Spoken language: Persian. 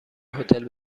هتل